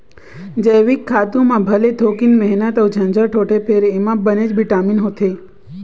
जइविक खातू म भले थोकिन मेहनत अउ झंझट होथे फेर एमा बनेच बिटामिन होथे